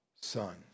son